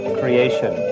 creation